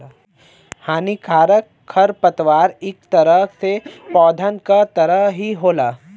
हानिकारक खरपतवार इक तरह से पौधन क तरह ही होला